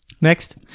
next